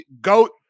goat